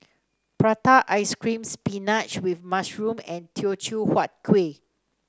Prata Ice Cream spinach with mushroom and Teochew Huat Kueh